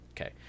Okay